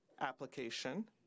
application